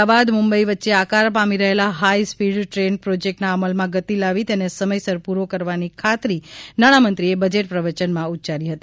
અમદાવાદ મુંબઈ વચ્ચે આકાર પામી રહેલા હાઇ સ્પીડ ટ્રેન પ્રોજેકટના અમલ માં ગતિ લાવી તેને સમયસર પૂરી કરવાની ખાતરી નાણામંત્રીએ બજેટ પ્રવચન માં ઉચ્યારી હતી